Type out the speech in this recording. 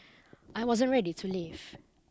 I wasn't ready to leave